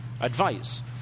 advice